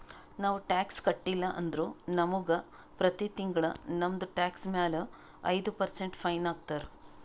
ನಾವು ಟ್ಯಾಕ್ಸ್ ಕಟ್ಟಿಲ್ಲ ಅಂದುರ್ ನಮುಗ ಪ್ರತಿ ತಿಂಗುಳ ನಮ್ದು ಟ್ಯಾಕ್ಸ್ ಮ್ಯಾಲ ಐಯ್ದ ಪರ್ಸೆಂಟ್ ಫೈನ್ ಹಾಕ್ತಾರ್